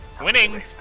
Winning